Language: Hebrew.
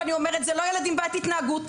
ואני אומרת: זה לא ילד עם בעיית התנהגות,